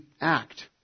act